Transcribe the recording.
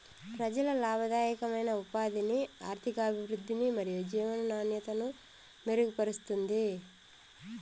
ప్రజలకు లాభదాయకమైన ఉపాధిని, ఆర్థికాభివృద్ధిని మరియు జీవన నాణ్యతను మెరుగుపరుస్తుంది